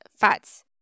fats